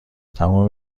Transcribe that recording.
تموم